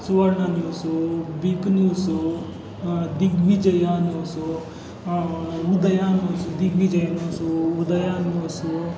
Suvarna news big news Digvijaya news Udaya news Digvijaya news Udaya news